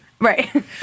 right